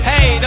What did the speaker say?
Hey